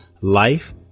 life